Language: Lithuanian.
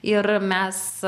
ir mes